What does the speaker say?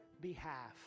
behalf